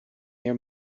near